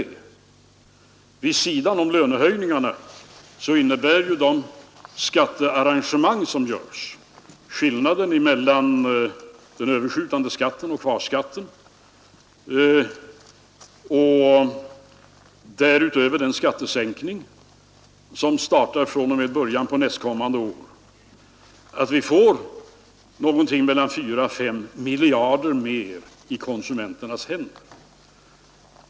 Vid Allmänpolitisk sidan om lönehöjningarna innebär ju de skattearrangemang som görs — debatt skillnaden mellan den överskjutande skatten och kvarskatten och därutöver den skattesänkning som startar från början av nästkommande år — att vi får mellan 4 och 5 miljarder mer i konsumenternas händer.